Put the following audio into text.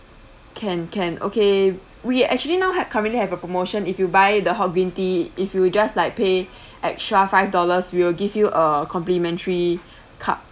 can can okay we actually now had currently have a promotion if you buy the hot green tea if you just like pay extra five dollars we will give you a complimentary cup